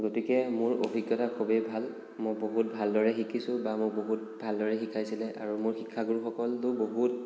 গতিকে মোৰ অভিজ্ঞতা খুবেই ভাল মই বহুত ভালদৰে শিকিছোঁ বা মই বহুত ভালদৰে শিকাইছিলে আৰু মোৰ শিক্ষাগুৰু সকলো বহুত